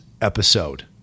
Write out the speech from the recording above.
episode